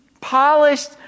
polished